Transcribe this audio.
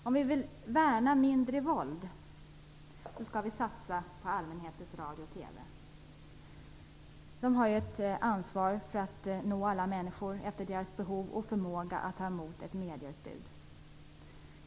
Om vi vill värna mindre våld skall vi satsa på allmänhetens radio och TV, som har ett ansvar att nå alla människor efter deras behov och förmåga att ta emot ett medieutbud.